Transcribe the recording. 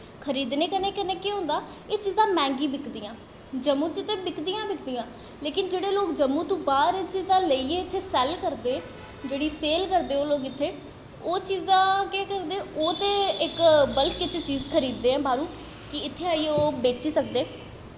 खरीदने कन्नै केह् होंदा एह् चीजां मैंह्गियां बिकदियां जम्मू च ते बिकदियां गै बिकदियां लेकिन जेह्ड़े लोग जम्मू तो बाह्र एह् चीजां लेइयै सेल करदे जेह्ड़ी सेल करदे ओह् लोक इत्थै ओह् केह् करदे कि बल्क च चीजां खरीददे न बाह्रों कि इत्थै आइयै ओह् बेची सकदे न